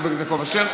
חבר הכנסת יעקב אשר,